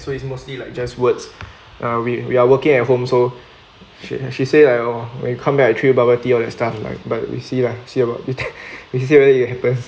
so it's mostly like just words uh we we are working at home so she she said like oh when you come back I treat you bubble tea all that stuff like but we see lah see we see whether it happens